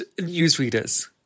newsreaders